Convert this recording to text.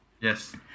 Yes